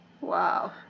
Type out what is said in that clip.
Wow